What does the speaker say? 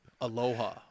Aloha